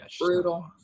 Brutal